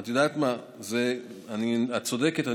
את צודקת.